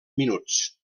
minuts